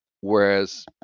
Whereas